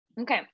okay